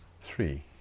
three